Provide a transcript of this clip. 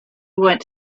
went